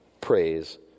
praise